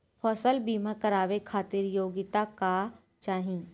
फसल बीमा करावे खातिर योग्यता का चाही?